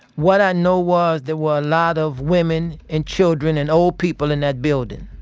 what i know was there were a lot of women and children and old people in that building.